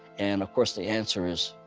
and, of course, the answer is